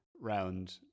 round